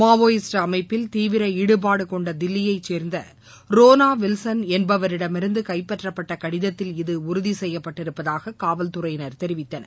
Maoist அமைப்பில் தீவிர ஈடுபாடு கொண்ட தில்லியை சேர்ந்த ரோனா வில்சன் என்பவரிடமிருந்து கைப்பற்றப்பட்ட கடிதத்தில் இது உறுதி கெப்யப்பட்டிருப்பதாகவும் காவல்துறையினர் தெரிவித்தனர்